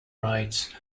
writes